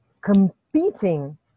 competing